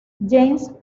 james